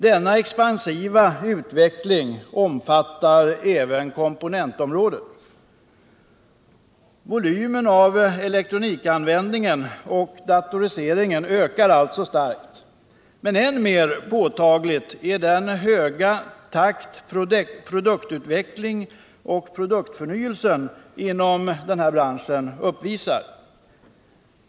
Denna expansiva utveckling omfattar även komponentområdet. Volymen av elektronikanvändningen och datoriseringen ökar alltså starkt. Men än mer påtaglig är den höga takt produktutvecklingen och produktförnyelsen inom denna bransch uppvisar.